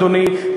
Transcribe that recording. אדוני,